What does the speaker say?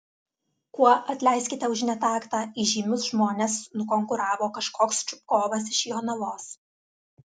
kuo atleiskite už netaktą įžymius žmones nukonkuravo kažkoks čupkovas iš jonavos